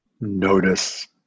Notice